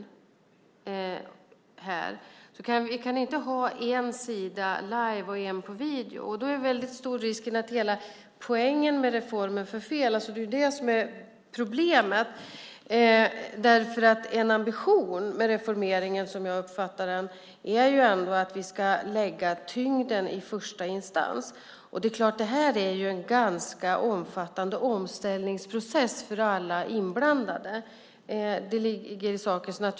Vi kan inte ha en sida live och en på video. Det är stor risk att poängen med reformen förfelas. En ambition med reformen, som jag uppfattar det, är att vi ska lägga tyngden i första instans. Det här är en ganska omfattande omställningsprocess för alla inblandade.